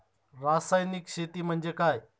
रासायनिक शेती म्हणजे काय?